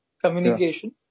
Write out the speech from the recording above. communication